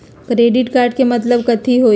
Credit card के मतलब कथी होई?